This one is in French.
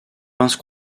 pince